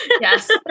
Yes